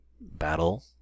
battle